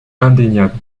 indéniable